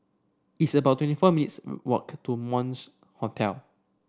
it's about twenty four minutes' walk to Hostel